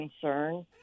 concern